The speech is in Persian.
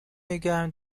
نیگه